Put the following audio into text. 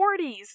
40s